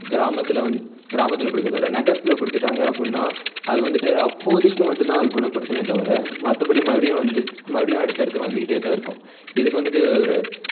கிராமத்தில் வந் கிராமத்தில் கொடுக்கிறத விட நகரத்தில் கொடுத்துட்டாங்க அப்புடின்னா அது வந்துட்டு அப்போதைக்கு மட்டும் தான் அது குணப்படுத்துமே தவிர மற்றப்படி மறுபடி வந்துட்டு மறுபடி அடுத்து அடுத்து வந்துகிட்டே தான் இருக்கும் இதுக்கு வந்துட்டு ஒரு